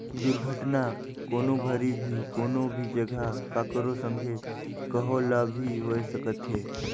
दुरघटना, कोनो घरी भी, कोनो भी जघा, ककरो संघे, कहो ल भी होए सकथे